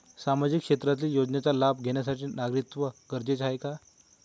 सामाजिक क्षेत्रातील योजनेचा लाभ घेण्यासाठी नागरिकत्व गरजेचे आहे का?